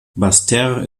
basseterre